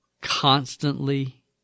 constantly